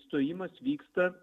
stojimas vyksta